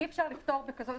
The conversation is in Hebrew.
אי אפשר לפטור בקלות.